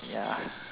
ya